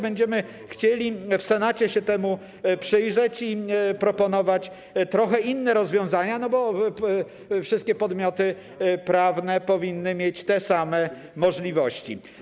Będziemy chcieli w Senacie się temu przyjrzeć i proponować trochę inne rozwiązania, bo wszystkie podmioty prawne powinny mieć te same możliwości.